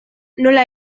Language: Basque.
nola